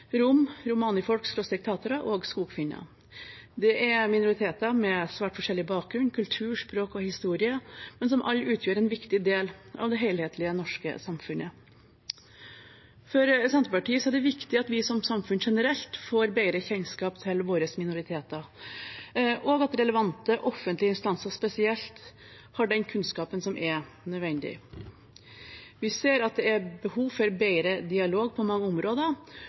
og skogfinner. Dette er minoriteter med svært forskjellig bakgrunn, kultur, språk og historie, men som alle utgjør en viktig del av det helhetlige norske samfunnet. For Senterpartiet er det viktig at vi som samfunn generelt får bedre kjennskap til våre minoriteter, og at relevante offentlige instanser spesielt har den kunnskapen som er nødvendig. Vi ser at det er behov for bedre dialog på mange områder,